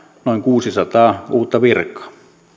noin kuusisataa uutta virkaa